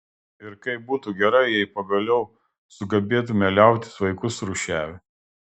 ir kaip būtų gerai jei pagaliau sugebėtume liautis vaikus rūšiavę